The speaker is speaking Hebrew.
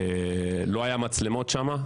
אנחנו הוצאנו בזמן את הילדה משם.